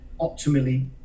optimally